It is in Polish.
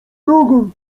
nogą